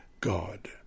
God